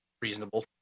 reasonable